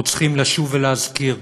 אנחנו צריכים לשוב ולהזכיר